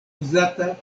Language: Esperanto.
uzata